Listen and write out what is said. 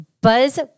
buzz